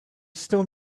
still